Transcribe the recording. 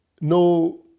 no